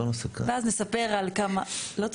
ואז נספר על כמה, לא?